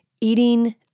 eating